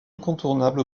incontournable